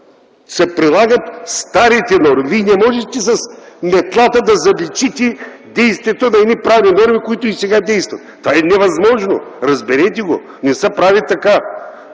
се прилагат старите норми. Вие не можете с метлата да заличите действията на едни правни норми, които действат и сега. Това е невъзможно! Разберете го! Не се прави така!